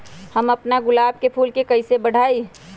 हम अपना गुलाब के फूल के कईसे बढ़ाई?